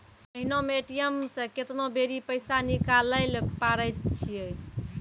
महिना मे ए.टी.एम से केतना बेरी पैसा निकालैल पारै छिये